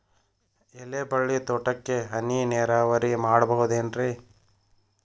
ಎಲೆಬಳ್ಳಿ ತೋಟಕ್ಕೆ ಹನಿ ನೇರಾವರಿ ಮಾಡಬಹುದೇನ್ ರಿ?